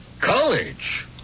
College